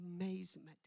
amazement